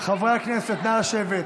חבר הכנסת אשר, נא לשבת,